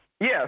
Yes